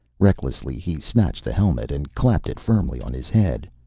recklessly he snatched the helmet and clapped it firmly on his head.